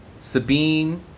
Sabine